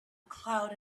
cloud